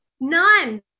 None